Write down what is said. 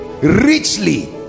richly